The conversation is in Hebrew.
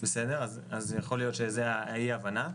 יכול להיות שזאת אי-ההבנה.